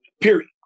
Period